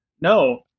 No